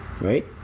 Right